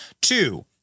Two